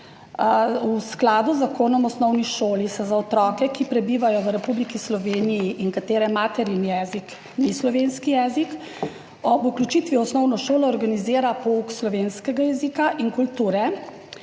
V skladu z Zakonom o osnovni šoli se za otroke, ki prebivajo v Republiki Sloveniji in katerih materni jezik ni slovenski jezik, ob vključitvi v osnovno šolo organizira pouk slovenskega jezika in kulture,